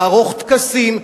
לערוך טקסים.